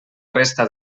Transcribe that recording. resta